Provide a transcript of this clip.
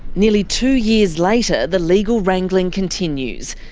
nearly two years later the legal wrangling continues.